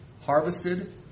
harvested